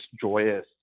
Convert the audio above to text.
joyous